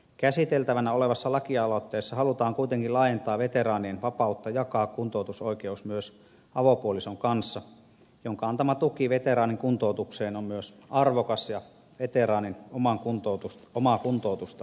käsiteltävänä olevassa lakialoitteessa halutaan kuitenkin laajentaa veteraanien vapautta jakaa kuntoutusoikeus myös avopuolison kanssa jonka antama tuki veteraanin kuntoutukseen on myös arvokas ja veteraanin omaa kuntoutusta tukeva ratkaisu